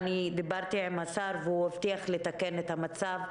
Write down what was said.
דיברתי עם השר והוא הבטיח לתקן את המצב,